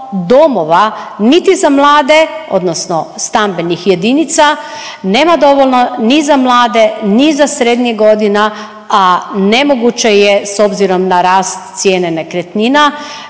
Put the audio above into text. domova niti za mlade odnosno stambenih jedinica, nema dovoljno ni za mlade, ni za srednjih godina, a nemoguće je s obzirom na rast cijene nekretnina